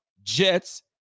Jets